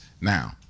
Now